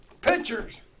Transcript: pictures